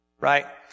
right